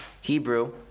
Hebrew